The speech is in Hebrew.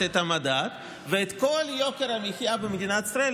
את המדד ואת כל יוקר המחיה במדינת ישראל,